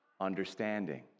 Understanding